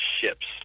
ships